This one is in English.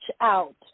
out